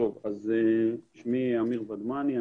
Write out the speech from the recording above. שמי אמיר ונדמני,